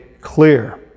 clear